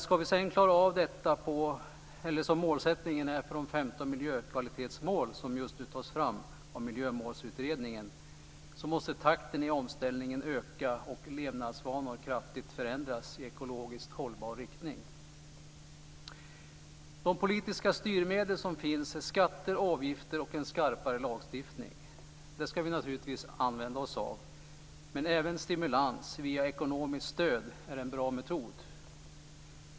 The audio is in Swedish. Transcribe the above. Ska vi sedan klara av detta, som målsättningen är för de 15 miljökvalitetsmål som just nu tas fram av Miljömålsutredningen, måste takten i omställningen öka och levnadsvanor kraftigt förändras i ekologiskt hållbar riktning. Vi ska naturligtvis använda oss av de politiska styrmedel som finns - skatter, avgifter och en skarpare lagstiftning. Men även stimulans via ekonomiskt stöd är en bra metod.